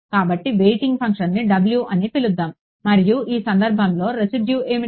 కాబట్టి వెయిటింగ్ ఫంక్షన్ని w అని పిలుద్దాం మరియు ఈ సందర్భంలో రెసిడ్యు ఏమిటి